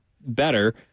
better